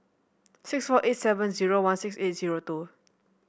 six four eight seven zero one six eight zero two